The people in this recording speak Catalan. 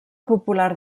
popular